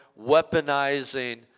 weaponizing